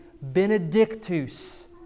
Benedictus